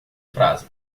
frase